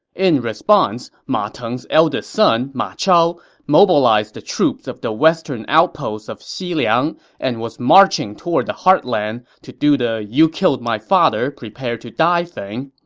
in response, ma teng's eldest son, ma chao, had mobilized the troops of the western outpost of xiliang and was marching toward the heartland to do the you killed my father, prepare to die thing.